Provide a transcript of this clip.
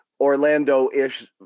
Orlando-ish